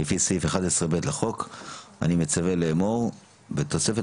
צו ביטוח נפגעי חיסון (תיקון התוספת